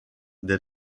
des